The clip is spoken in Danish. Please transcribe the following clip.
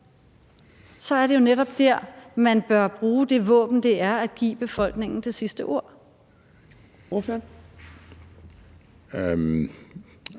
så er det jo netop der, man bør bruge det våben, det er at give befolkningen det sidste ord.